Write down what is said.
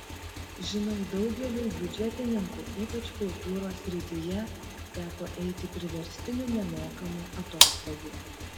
žinau daugeliui biudžetininkų ypač kultūros srityje teko eiti priverstinių nemokamų atostogų